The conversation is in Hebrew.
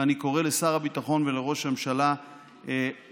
ואני קורא לשר הביטחון ולראש הממשלה לתמוך